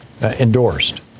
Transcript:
endorsed